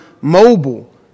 mobile